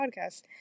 podcast